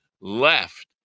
left